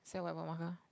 is there whiteboard marker